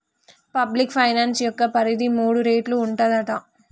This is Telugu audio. పబ్లిక్ ఫైనాన్స్ యొక్క పరిధి మూడు రేట్లు ఉంటదట